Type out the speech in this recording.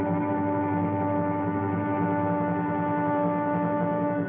god